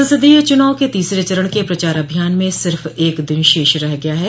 संसदीय चुनाव के तीसरे चरण के प्रचार अभियान में सिर्फ़ एक दिन शेष रह गया है